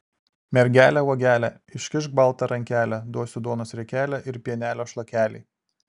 mergele uogele iškišk baltą rankelę duosiu duonos riekelę ir pienelio šlakelį